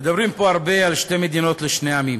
מדברים פה הרבה על שתי מדינות לשני עמים.